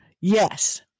Yes